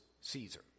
Caesar